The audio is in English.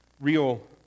real